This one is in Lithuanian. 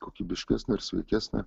kokybiškesnė ir sveikesnė